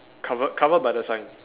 covered covered by the sign